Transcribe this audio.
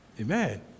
Amen